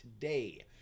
today